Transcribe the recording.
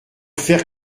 faire